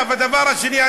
הדבר השני,